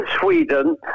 Sweden